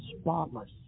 spotless